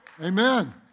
Amen